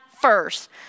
first